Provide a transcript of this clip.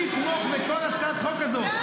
אני אתמוך בכל הצעת חוק כזאת.